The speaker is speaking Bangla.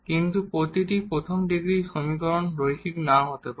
কিন্তু প্রতিটি প্রথম ডিগ্রী সমীকরণ লিনিয়ার নাও হতে পারে